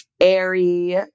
airy